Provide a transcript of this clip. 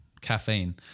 caffeine